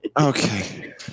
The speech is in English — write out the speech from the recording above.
Okay